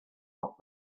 not